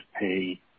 pay